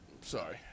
Sorry